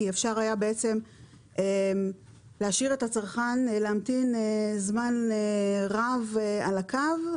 כי אפשר היה להשאיר את הצרכן להמתין זמן רב על הקו.